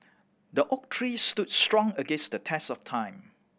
the oak tree stood strong against the test of time